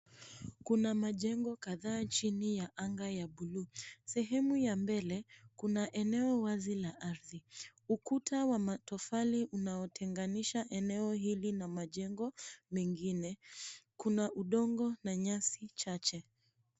Kuna majengo kadhaa chini ya anga ya bluu. Sehemu ya mbele kuna eneo wazi la ardhi, ukuta wa matofali unaotenganisha eneo hili na majengo mengine. Kuna udongo na nyasi chache.